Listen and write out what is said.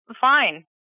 fine